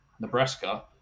Nebraska